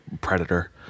predator